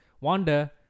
Wanda